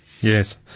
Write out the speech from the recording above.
yes